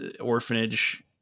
orphanage